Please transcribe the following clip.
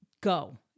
go